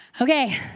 Okay